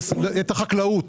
את החקלאות.